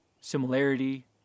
similarity